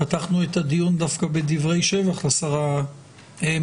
פתחנו את הדיון דווקא בדברי שבח לשרה מרב